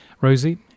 Rosie